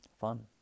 Fun